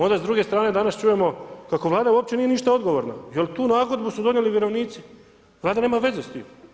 Onda s druge strane danas čujemo kako Vlada uopće nije ništa odgovorna jer tu nagodbu su donijeli vjerovnici, Vlada nema veze s tim.